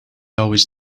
always